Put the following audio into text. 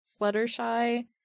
Fluttershy